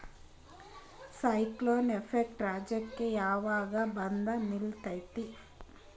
Cyclone effect ರಾಜ್ಯಕ್ಕೆ ಯಾವಾಗ ಬಂದ ನಿಲ್ಲತೈತಿ?